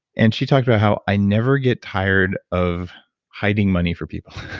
and she talked about how, i never get tired of hiding money for people.